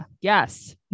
Yes